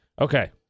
Okay